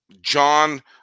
John